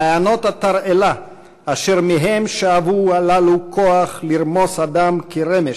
מעיינות התרעלה אשר מהם שאבו הללו כוח לרמוס אדם כרמש,